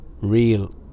real